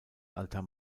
alter